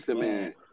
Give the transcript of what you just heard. man